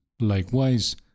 Likewise